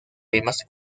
temas